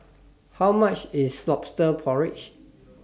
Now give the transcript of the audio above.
How much IS Lobster Porridge